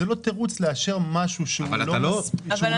זה לא תירוץ לאשר משהו שהוא לא מספיק מבושל.